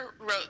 wrote